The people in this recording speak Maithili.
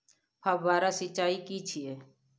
फव्वारा सिंचाई की छिये?